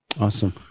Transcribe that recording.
awesome